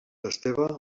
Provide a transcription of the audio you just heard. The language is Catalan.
esteve